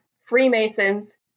Freemasons